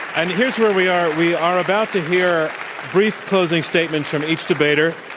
and here's where we are, we are about to hear brief closing statements from each debater,